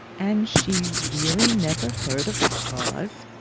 and she really never heard of the cause!